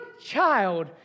child